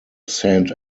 saint